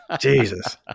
Jesus